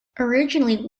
originally